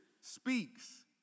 speaks